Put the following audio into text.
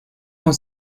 con